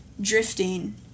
drifting